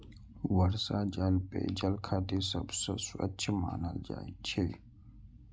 वर्षा जल पेयजल खातिर सबसं स्वच्छ मानल जाइ छै